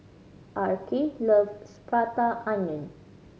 Arkie loves Prata Onion